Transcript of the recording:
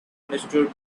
understood